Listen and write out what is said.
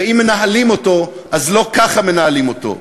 ואם מנהלים אותו, אז לא ככה מנהלים אותו.